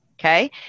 Okay